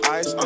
ice